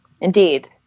Indeed